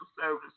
Service